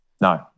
No